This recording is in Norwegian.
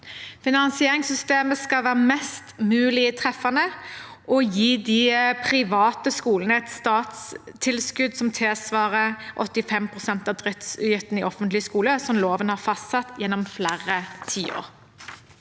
Finansieringssystemet skal være mest mulig treffende og gi de private skolene et statstilskudd som tilsvarer 85 pst. av driftsutgiftene i offentlig skole, slik loven har fastsatt gjennom flere tiår.